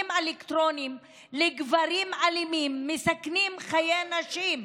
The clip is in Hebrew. אלקטרוניים לגברים אלימים המסכנים חיי נשים.